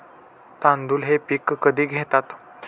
तांदूळ हे पीक कधी घेतात?